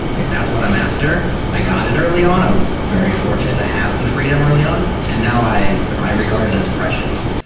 like that's what i'm after. i got it early on. i was very fortunate to have the freedom early on, and now i i regarded as precious.